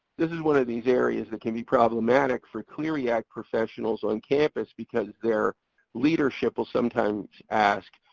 this is one of these areas that can be problematic for clery act professionals on-campus, because their leadership will sometimes ask,